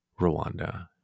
Rwanda